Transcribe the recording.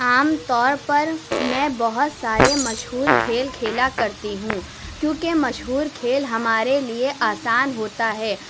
عام طور پر میں بہت سارے مشہور کھیل کھیلا کرتی ہوں کیونکہ مشہور کھیل ہمارے لیے آسان ہوتا ہے